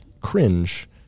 cringe